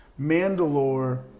Mandalore